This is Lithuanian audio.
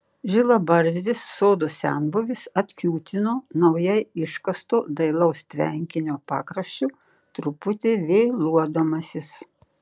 žilabarzdis sodo senbuvis atkiūtino naujai iškasto dailaus tvenkinio pakraščiu truputį vėluodamasis